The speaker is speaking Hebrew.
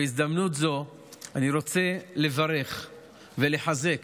בהזדמנות זו אני רוצה לברך ולחזק